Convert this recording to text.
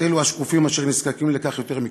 אלו השקופים אשר נזקקים לכך יותר מכול.